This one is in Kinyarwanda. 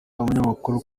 umunyamakuru